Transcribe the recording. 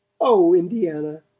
oh, indiana!